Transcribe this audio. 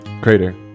Crater